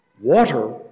Water